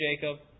Jacob